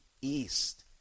East